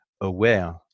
aware